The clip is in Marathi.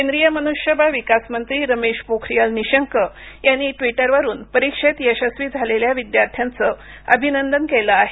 केंद्रीय मनुष्यबळ विकास मंत्री रमेश पोखरियाल निशंक यांनी ट्विटरवरून परीक्षेत यशस्वी झालेल्या विद्यार्थ्यांचं अभिनंदन केलं आहे